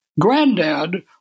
granddad